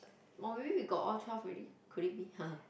or maybe we got all twelve already could it be